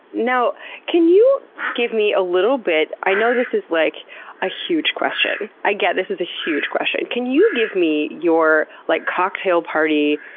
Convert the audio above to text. can you give me a little bit? i know this is like a huge question. i get this is a huge question. can you give me your, like, cocktail party